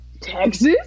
Texas